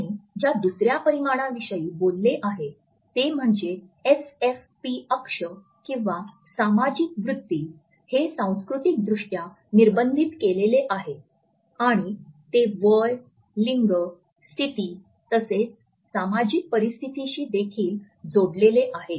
त्याने ज्या दुसर्या परिमाणांविषयी बोलले आहे ते म्हणजे एसएफपी अक्ष किंवा सामाजिक वृत्ती हे सांस्कृतिकदृष्ट्या निर्बंधित केलेले आहे आणि ते वय लिंग स्थिती तसेच सामाजिक परिस्थितीशी देखील जोडलेले आहे